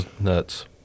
Nuts